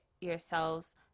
yourselves